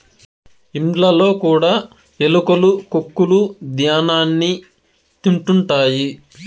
ఇండ్లలో కూడా ఎలుకలు కొక్కులూ ధ్యాన్యాన్ని తింటుంటాయి